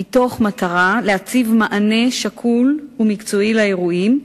מתוך מטרה להציב מענה שקול ומקצועי לאירועים,